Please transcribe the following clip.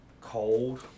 cold